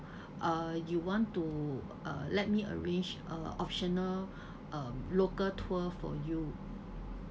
uh you want to uh let me arrange uh optional um local tour for you